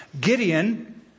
Gideon